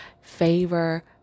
favor